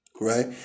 right